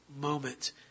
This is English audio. moment